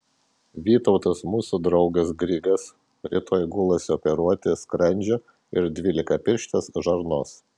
vytautas mūsų draugas grigas rytoj gulasi operuoti skrandžio ir dvylikapirštės žarnos